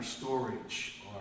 storage